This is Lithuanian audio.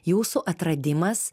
jūsų atradimas